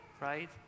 right